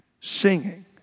singing